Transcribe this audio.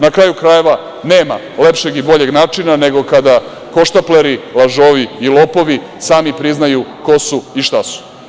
Na kraju krajeva, nema lepšeg i boljeg načina nego kada hohštapleri, lažovi i lopovi sami priznaju ko su i šta su.